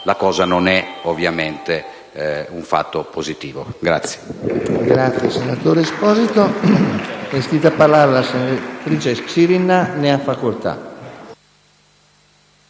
La cosa non è ovviamente un fatto positivo.